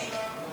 כן, כן.